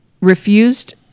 refused